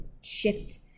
shift